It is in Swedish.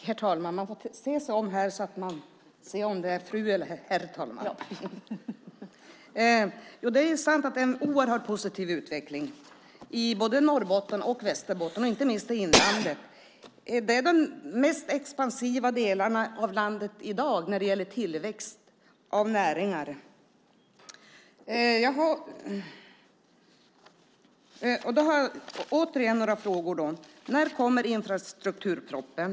Herr talman! Det är sant att utvecklingen i både Norrbotten och Västerbotten är oerhört positiv. Inte minst gäller det inlandet. De är de mest expansiva delarna av landet i dag vad gäller tillväxt av näringar. Jag vill återigen fråga: När kommer infrastrukturpropositionen?